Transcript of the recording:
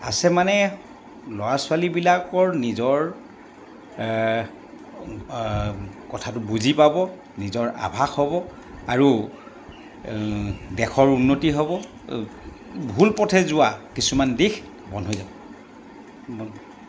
আছে মানে ল'ৰা ছোৱালীবিলাকৰ নিজৰ কথাটো বুজি পাব নিজৰ আভাস হ'ব আৰু দেশৰ উন্নতি হ'ব ভুলপথে যোৱা কিছুমান দিশ বন্ধ হৈ যাব